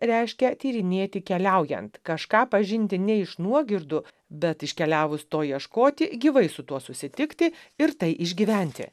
reiškia tyrinėti keliaujant kažką pažinti ne iš nuogirdų bet iškeliavus to ieškoti gyvai su tuo susitikti ir tai išgyventi